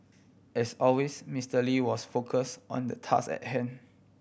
as always Mister Lee was focus on the task at hand